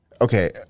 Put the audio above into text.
okay